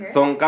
Song